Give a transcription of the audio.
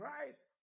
Christ